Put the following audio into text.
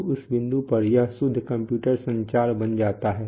तो उस बिंदु पर यह शुद्ध कंप्यूटर संचार बन जाता है